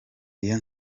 iyo